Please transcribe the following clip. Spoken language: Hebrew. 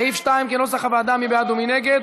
סעיף 2 כנוסח הוועדה, מי בעד ומי נגד?